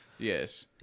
Yes